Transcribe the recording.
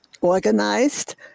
organized